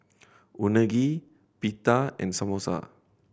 Unagi Pita and Samosa